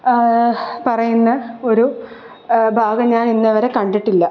പറയുന്ന ഒരു ഭാഗം ഞാൻ ഇന്നേവരെ കണ്ടിട്ടില്ല